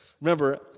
remember